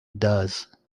does